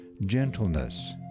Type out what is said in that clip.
gentleness